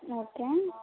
okay